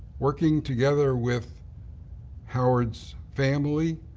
working together with howard's family,